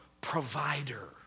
provider